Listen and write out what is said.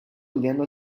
olhando